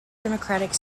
democratic